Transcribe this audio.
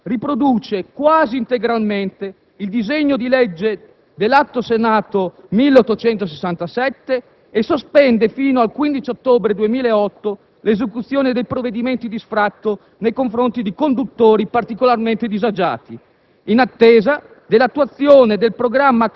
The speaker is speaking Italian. Bene, l'articolo 22-*ter* riproduce quasi integralmente il disegno di legge dell'Atto Senato n. 1867 e sospende fino al 15 ottobre 2008 l'esecuzione dei provvedimenti di sfratto nei confronti di conduttori particolarmente disagiati,